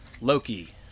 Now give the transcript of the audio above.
Loki